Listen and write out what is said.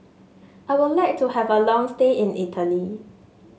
I would like to have a long stay in Italy